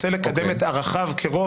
רוצה לקדם את ערכיו כרוב.